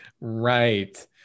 Right